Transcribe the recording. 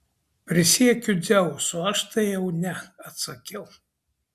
prisiekiu dzeusu aš tai jau ne atsakiau